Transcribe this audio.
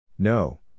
No